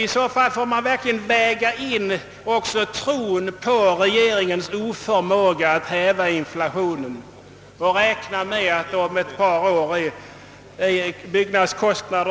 I så fall får man också väga in tron på regeringens oförmåga att häva inflationen så att byggnadskostnaderna om ett par år ändå